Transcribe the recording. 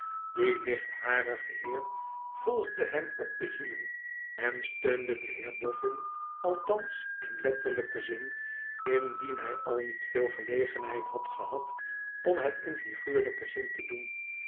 die lichtharige heer volgde hem op de hielen en steunde den heer boffin althans in letterlijken zm indien hij al niet veel gelegenheid had gehad om het in figuurlijken zin te doen